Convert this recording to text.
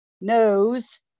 knows